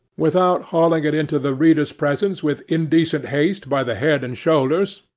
without hauling it into the reader's presence with indecent haste by the head and shoulders,